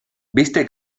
viste